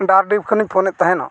ᱰᱟᱦᱟᱨᱰᱤᱦ ᱠᱷᱚᱱᱤᱧ ᱮᱫ ᱛᱟᱦᱮᱱᱚᱜ